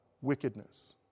wickedness